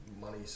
money